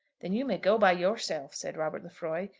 then you may go by yourself, said robert lefroy.